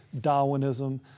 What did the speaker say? Darwinism